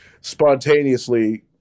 spontaneously